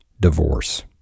divorce